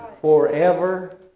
forever